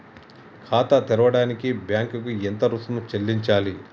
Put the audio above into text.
ఖాతా తెరవడానికి బ్యాంక్ కి ఎంత రుసుము చెల్లించాలి?